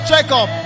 Jacob